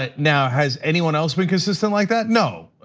ah now, has anyone else been consistent like that? no,